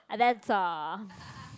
and that's all